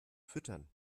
füttern